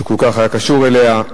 שכל כך היה קשור אליה,